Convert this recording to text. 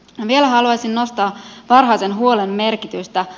vielä haluaisin nostaa varhaisen huolen merkitystä